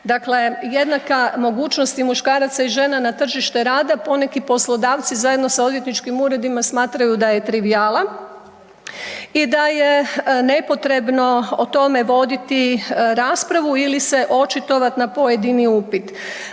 Dakle, jednaka mogućnost i muškaraca i žena na tržište rada poneko poslodavci zajedno sa odvjetničkim uredima smatraju da je trivijala i da je nepotrebno o tome voditi raspravu ili se očitovat na pojedini upit.